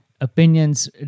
opinions